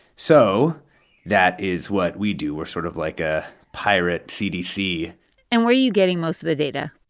so that is what we do. we're sort of like a pirate cdc and where are you getting most of the data?